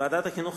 ועדת החינוך,